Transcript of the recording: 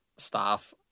staff